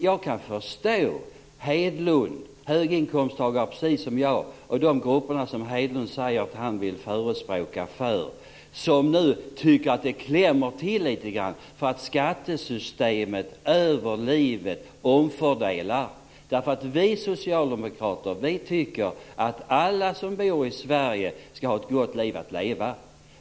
Jag kan förstå Hedlund, som är höginkomsttagare precis som jag, och de grupper som Hedlund säger att han vill vara en förespråkare för, som nu tycker att det klämmer till lite grann för att skattesystemet över livet omfördelar. Vi socialdemokrater tycker att alla som bor i Sverige ska ha ett gott liv att leva.